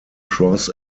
cross